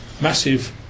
massive